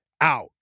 out